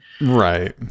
Right